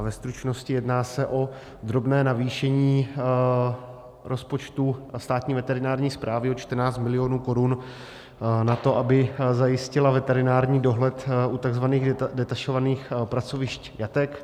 Ve stručnosti, jedná se o drobné navýšení rozpočtu Státní veterinární správy o 14 mil. korun na to, aby zajistila veterinární dohled u tzv. detašovaných pracovišť jatek.